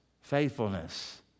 faithfulness